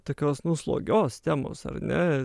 tokios slogios temos ar ne